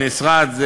במשרד,